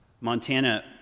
Montana